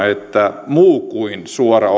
että muu kuin suora